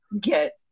get